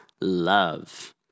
love